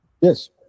Yes